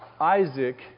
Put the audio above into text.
Isaac